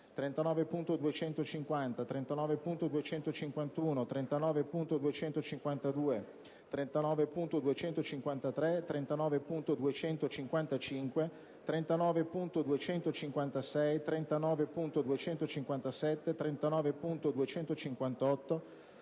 39.250, 39.251, 39.252, 39.253, 39.255, 39.256, 39.257, 39.258,